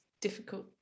difficult